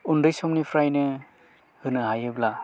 उन्दै समनिफ्रायनो होनो हायोब्ला